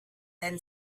then